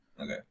Okay